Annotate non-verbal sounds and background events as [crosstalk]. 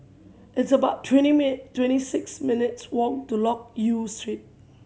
it's about twenty [unintelligible] twenty six minutes' walk to Loke Yew Street